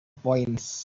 points